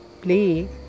play